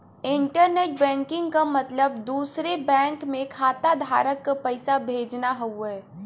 internet banking क मतलब दूसरे बैंक में खाताधारक क पैसा भेजना हउवे